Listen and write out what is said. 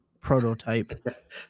prototype